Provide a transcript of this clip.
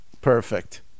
Perfect